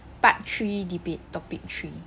part three debate topic three